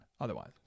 Otherwise